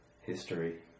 history